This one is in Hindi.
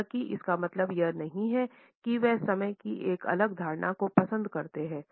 हालांकि इसका मतलब यह नहीं है कि वह समय की एक अलग धारणा को पसंद करता है